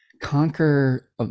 conquer